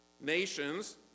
nations